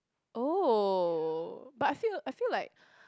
oh but I feel I feel like